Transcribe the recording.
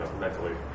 mentally